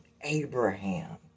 Abraham